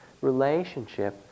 relationship